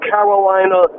Carolina